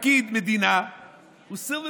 שפקיד מדינה הוא Civil servant,